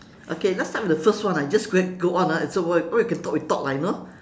okay let's start with the first one ah just qui~ go on ah and so what we can talk we talk lah you know